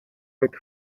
with